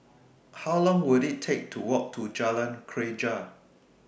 How Long Will IT Take to Walk to Jalan Greja